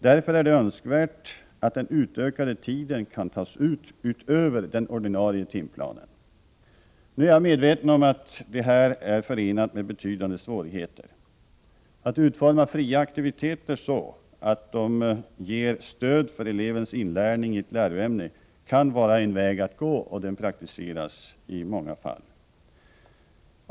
Därför är det önskvärt att den utökade tiden kan tas ut utöver den ordinarie timplanen. Nu är jag medveten om att det här är förenat med betydande svårigheter. Att utforma fria aktiviteter så, att de ger stöd för elevernas inlärning i ett läroämne kan vara en väg att gå, och den praktiseras i många fall.